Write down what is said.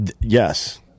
yes